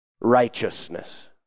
righteousness